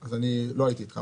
אז אני לא הייתי איתך.